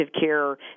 care